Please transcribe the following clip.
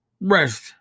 rest